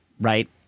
right